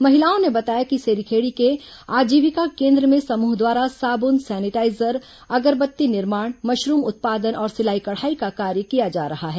महिलाओं ने बताया कि सेरीखेड़ी के आजीविका केन्द्र में समूह द्वारा साबून सैनिटाईजर अगरबत्ती निर्माण मशरूम उत्पादन और सिलाई कढ़ाई का कार्य किया जा रहा है